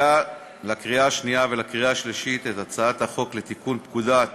לקריאה שנייה ולקריאה שלישית את הצעת החוק לתיקון פקודת